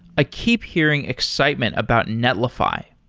i keep hearing excitement about netlify.